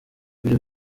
ibyo